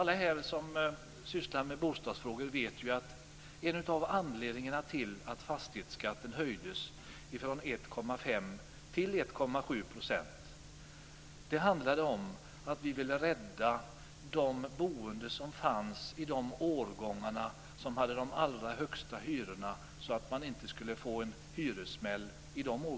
Alla här som sysslar med bostadsfrågor vet att en av anledningarna till att fastighetsskatten höjdes från 1,5 % till 1,7 % var att vi ville rädda de boende som fanns i de årgångar som hade de allra högsta hyrorna från en hyressmäll.